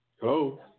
Hello